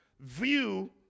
view